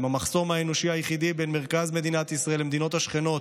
הם המחסום האנושי היחידי בין מרכז מדינת ישראל למדינות השכנות